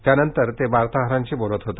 त्यानंतर ते वार्ताहरांशी बोलत होते